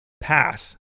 pass